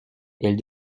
elle